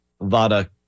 vada